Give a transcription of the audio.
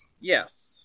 Yes